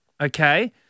Okay